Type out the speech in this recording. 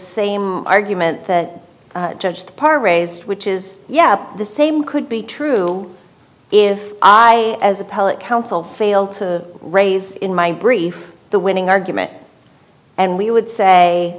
same argument that judge parker raised which is yeah the same could be true if i as appellate counsel failed to raise in my brief the winning argument and we would say